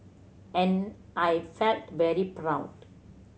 and I felt very proud